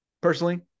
personally